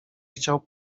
chciał